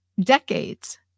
decades